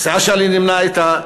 הסיעה שאני נמנה אתה,